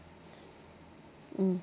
mm